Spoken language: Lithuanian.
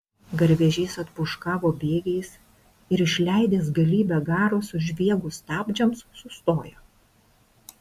garvežys atpūškavo bėgiais ir išleidęs galybę garo sužviegus stabdžiams sustojo